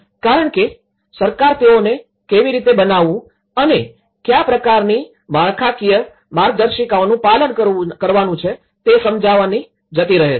કારણ કે સરકાર તેઓને કેવી રીતે બનાવવું અને કયા પ્રકારની માળખાકીય માર્ગદર્શિકાઓનું પાલન કરવાનું છે તે સમજાવીને જતી રહે છે